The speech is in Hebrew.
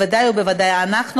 בוודאי ובוודאי אנחנו,